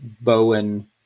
Bowen